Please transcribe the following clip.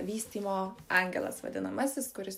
vystymo angelas vadinamasis kuris